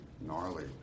gnarly